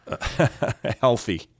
healthy